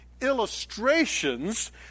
illustrations